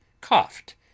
coughed